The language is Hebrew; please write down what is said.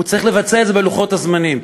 צריך לבצע את זה בלוחות הזמנים,